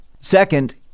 Second